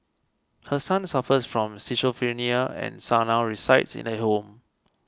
her son suffers from schizophrenia and son now resides in a home